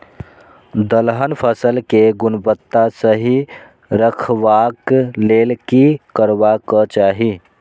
दलहन फसल केय गुणवत्ता सही रखवाक लेल की करबाक चाहि?